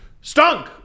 stunk